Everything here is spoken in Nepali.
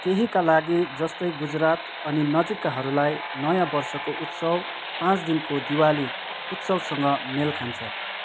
केहीका लागि जस्तै गुजरात अनि नजिककाहरूलाई नयाँ वर्षको उत्सव पाँच दिनको दिवाली उत्सवसँग मेल खान्छ